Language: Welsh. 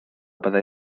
byddai